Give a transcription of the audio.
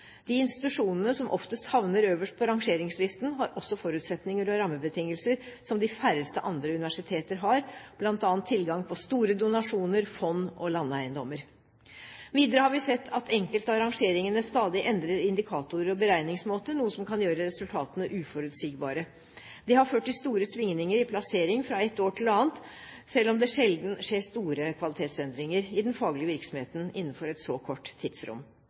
De institusjonene som oftest havner øverst på rangeringslisten, har også forutsetninger og rammebetingelser som de færreste andre universiteter har, bl.a. tilgang på store donasjoner, fond og landeiendommer. Videre har vi sett at enkelte av rangeringene stadig endrer indikatorer og beregningsmåte, noe som kan gjøre resultatene uforutsigbare. Det har ført til store svingninger i plassering fra et år til annet, selv om det sjelden skjer store kvalitetsendringer i den faglige virksomheten innenfor et så kort tidsrom.